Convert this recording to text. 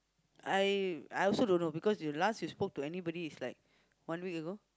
I I also don't know because you last you spoke to anybody was like one week ago